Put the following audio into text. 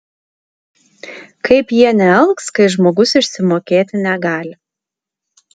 kaip jie nealks kai žmogus išsimokėti negali